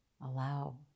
allow